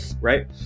Right